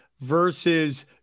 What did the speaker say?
versus